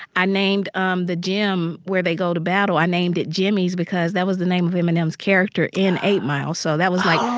i named um the gym where they go to battle i named it jimmy's because that was the name of eminem's character in eight mile. so that was, like,